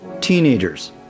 Teenagers